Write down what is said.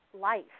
life